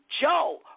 Joe